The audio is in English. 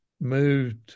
moved